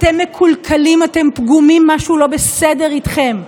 אתם מקולקלים, אתם פגומים, משהו לא בסדר איתכם.